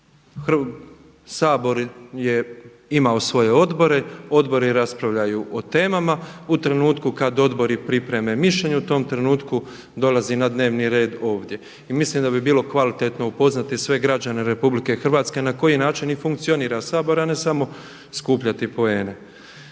Sabor je imao svoje odbore, odbori raspravljaju o temama, u trenutku kada odbori pripreme mišljenje u tom trenutku dolazi na dnevni red ovdje. I mislim da bi bilo kvalitetno upoznati sve građane RH na koji način i funkcionira Sabor a ne samo skupljati poene.